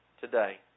today